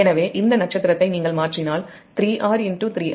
எனவே இந்த நட்சத்திரத்தை நீங்கள் மாற்றினால் அது 3R 3R 3R 3R 3R ஆக மாறும்